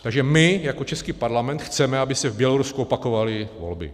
Takže my jako český parlament chceme, aby se v Bělorusku opakovaly volby.